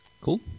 cool